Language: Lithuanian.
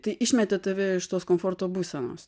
tai išmetė tave iš tos komforto būsenos